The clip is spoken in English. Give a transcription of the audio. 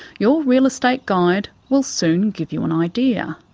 your real estate guide will soon give you an idea,